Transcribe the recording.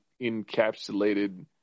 encapsulated